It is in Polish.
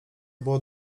było